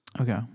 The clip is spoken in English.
Okay